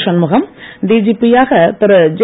Shanmugam DGP யாக Thiru J